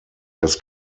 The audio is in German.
das